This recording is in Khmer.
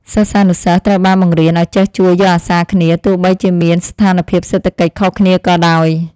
សិស្សានុសិស្សត្រូវបានបង្រៀនឱ្យចេះជួយយកអាសាគ្នាទោះបីជាមានស្ថានភាពសេដ្ឋកិច្ចខុសគ្នាក៏ដោយ។